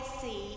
see